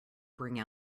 bring